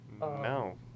No